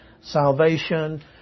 salvation